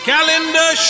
Calendar